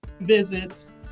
visits